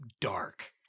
dark